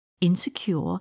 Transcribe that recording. insecure